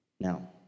now